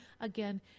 again